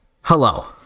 Hello